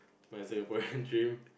my Singaporean dream